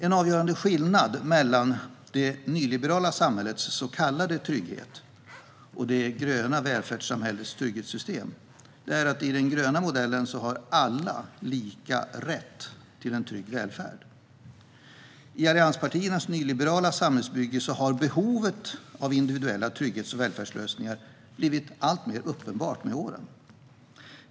En avgörande skillnad mellan det nyliberala samhällets så kallade trygghet och det gröna välfärdssamhällets trygghetssystem är att i den gröna modellen har alla lika rätt till en trygg välfärd. I allianspartiernas nyliberala samhällsbygge har behovet av individuella trygghets och välfärdslösningar blivit alltmer uppenbart med åren.